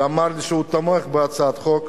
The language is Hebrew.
שאמר לי שהוא תמך בהצעת החוק,